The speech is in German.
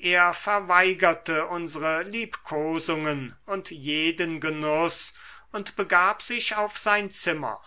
er verweigerte unsre liebkosungen und jeden genuß und begab sich auf sein zimmer